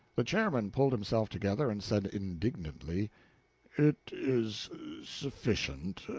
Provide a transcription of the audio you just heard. the chairman pulled himself together, and said indignantly it is sufficient.